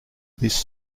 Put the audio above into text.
this